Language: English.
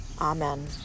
Amen